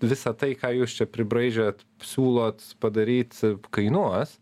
visa tai ką jūs čia pribraižėt siūlot padaryt kainuos